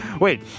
Wait